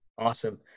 Awesome